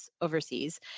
Overseas